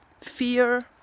fear